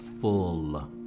full